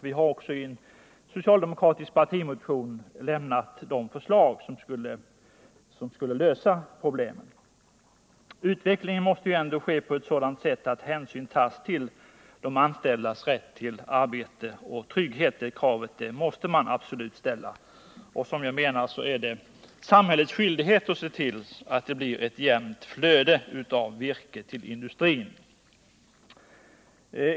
Vi har i en socialdemokratisk partimotion redovisat de förslag som kan lösa problemen. Utvecklingen måste ske på ett sådant sätt att hänsyn tas till de anställdas rätt till arbete och trygghet — det kravet måste man absolut ställa. Det är samhällets skyldighet att se till att det blir ett jämnt flöde av virke till industrin.